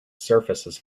surfaces